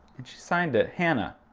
and she signed it! hannah!